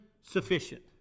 sufficient